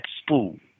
spool